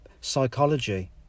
psychology